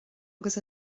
agus